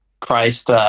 Christ